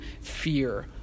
fear